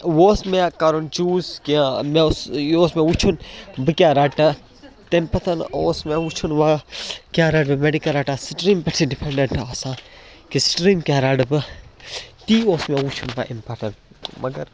وۄنۍ اوس مےٚ کَرُن چوٗز کہِ مےٚ اوس یہِ اوس مےٚ وٕچھُن بہٕ کیٛاہ رَٹہٕ تَمہِ پَتہٕ اوس مےٚ وٕچھُن وَ کیٛاہ رَٹہٕ بہٕ میٚڈِکٕل رَٹا سِٹرٛیٖم پٮ۪ٹھ چھِ ڈِپٮ۪نٛڈٮ۪نٛٹ آسان کہِ سِٹرٛیٖم کیٚاہ رَٹہٕ بہٕ تی اوس مےٚ وٕچھُن وۄںۍ اَمہِ پتہٕ مگر